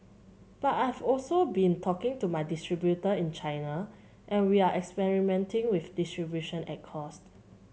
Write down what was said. but I've also been talking to my distributor in China and we're experimenting with distribution at cost